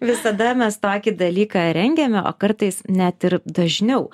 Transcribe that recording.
visada mes tokį dalyką rengiame o kartais net ir dažniau